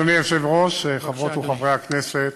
אדוני היושב-ראש, חברות וחברי הכנסת,